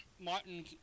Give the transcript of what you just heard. Martin